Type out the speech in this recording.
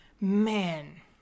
man